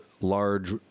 large